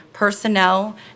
Personnel